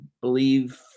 believe